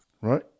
Right